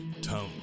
Tone